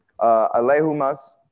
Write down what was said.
Alehumas